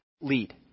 Lead